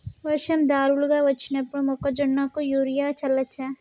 వర్షం ధారలుగా వచ్చినప్పుడు మొక్కజొన్న కు యూరియా చల్లచ్చా?